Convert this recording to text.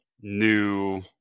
new